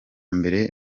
mbere